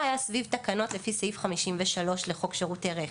היה סביב תקנות לפי סעיף 53 לחוק שירותי רכב,